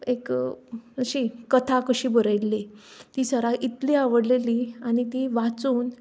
एक अशी कथा कशी बरयल्ली ती सराक इतली आवडलेली आनी ती वाचून